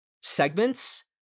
segments